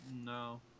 No